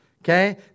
okay